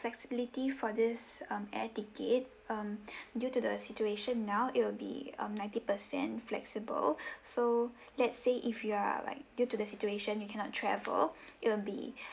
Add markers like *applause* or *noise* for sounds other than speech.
flexibility for this um air ticket um *breath* due to the situation now it'll be um ninety percent flexible *breath* so let's say if you're like due to the situation you cannot travel *breath* it'll be *breath*